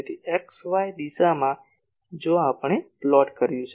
તેથી x y દિશામાં જો આપણે પ્લોટ કર્યું